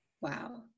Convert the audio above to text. Wow